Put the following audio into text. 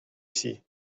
ici